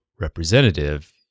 representative